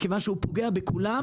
מכיוון שהוא פוגע בכולם.